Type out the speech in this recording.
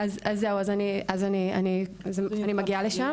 אז אני מגיעה לשם